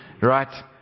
Right